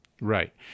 right